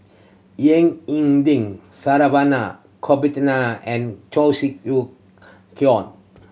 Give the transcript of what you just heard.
Ying E Ding Saravanan Gopinathan and Cheong Siew Keong